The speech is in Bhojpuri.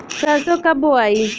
सरसो कब बोआई?